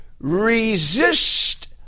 resist